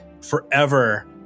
forever